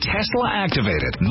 Tesla-activated